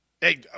hey